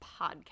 podcast